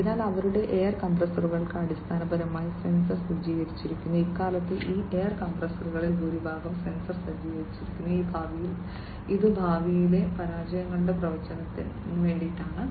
അതിനാൽ അവരുടെ എയർ കംപ്രസ്സറുകൾ അടിസ്ഥാനപരമായി സെൻസർ സജ്ജീകരിച്ചിരിക്കുന്നു ഇക്കാലത്ത് ഈ എയർ കംപ്രസ്സറുകളിൽ ഭൂരിഭാഗവും സെൻസർ സജ്ജീകരിച്ചിരിക്കുന്നു ഇത് ഭാവിയിലെ പരാജയങ്ങളുടെ പ്രവചനത്തിലാണ്